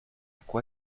quoi